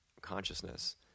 consciousness